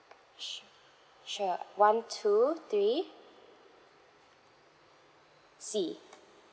sure sure one two three C